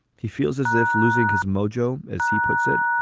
he feels as if losing his mojo, as he puts it,